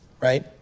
right